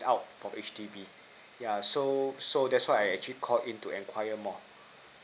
out from H_D_B yeah so so that's why I actually called in to enquire more